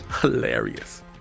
Hilarious